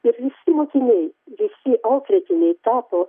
ir visi mokiniai visi auklėtiniai tapo